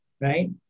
right